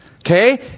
okay